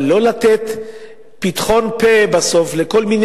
אבל לא לתת פתחון-פה בסוף לכל מיני